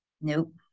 Nope